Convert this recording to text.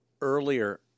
earlier